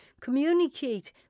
Communicate